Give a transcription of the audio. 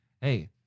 hey